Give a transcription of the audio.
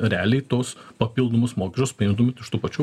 realiai tos papildomus mokesčius paimtumėt iš tų pačių